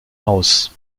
aus